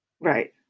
Right